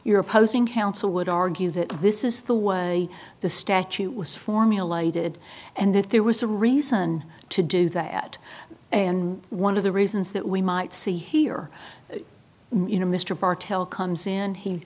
your opposing counsel would argue that this is the way the statute was formulated and that there was a reason to do that and one of the reasons that we might see here